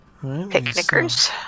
Picnickers